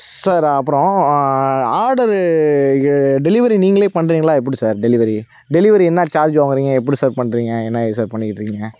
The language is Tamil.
சார் அப்புறம் ஆர்டரு டெலிவெரி நீங்களே பண்ணுறீங்களா எப்படி சார் டெலிவெரி டெலிவெரி என்ன சார்ஜ் வாங்கறீங்க எப்படி சார் பண்ணுறீங்க என்ன இது சார் பண்ணிட்டிருக்கீங்க